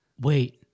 Wait